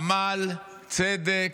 עמל, צדק,